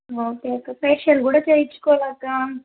okay అక్కఫేసియల్ కూడా చేయించుకోవాలి అక్క